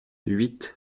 huit